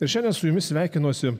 ir šiandien su jumis sveikinosi